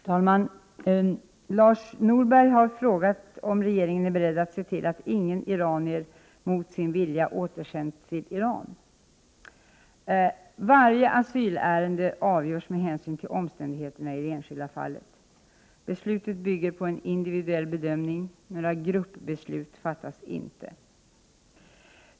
Om handläggningen av Herr talman! Lars Norberg har frågat om regeringen är beredd att se till att vissa asylärenden Varje asylärende avgörs med hänsyn till omständigheterna i det enskilda fallet. Besluten bygger på en individuell bedömning. Några gruppbeslut fattas inte.